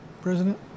president